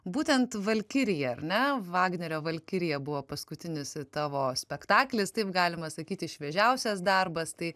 būtent valkirijai ar ne vagnerio valkirija buvo paskutinis tavo spektaklis taip galima sakyti šviežiausias darbas tai